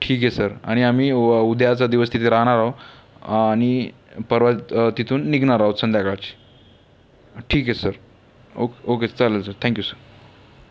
ठीक आहे सर आणि आम्ही उद्याचा दिवस तिथे राहणार आहोत आणि परवा तिथून निघणार आहोत संध्याकाळचे ठीक आहे सर ओक ओके चालेल सर थँक यू सर